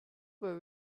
were